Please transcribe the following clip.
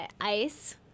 ice